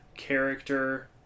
character